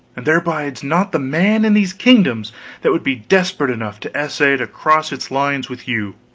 and there bides not the man in these kingdoms that would be desperate enough to essay to cross its lines with you!